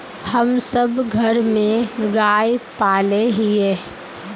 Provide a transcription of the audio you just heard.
हम सब घर में गाय पाले हिये?